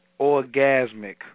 orgasmic